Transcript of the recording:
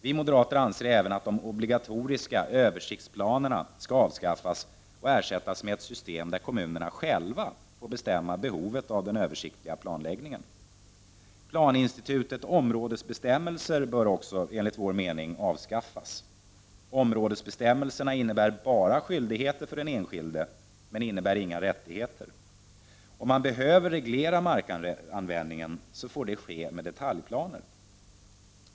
Vi moderater anser även att de obligatoriska översiktsplanerna skall avskaffas och ersättas med ett system där kommunerna själva får bestämma behovet av den översiktliga planläggningen. Planinstitutets områdesbestämmelser bör också enligt vår mening, avskaffas. Områdesbestämmelserna innebär bara skydigheter för den enskilde, men inga rättigheter. Om man behöver reglera markanvändningen får det ske med detaljplaner.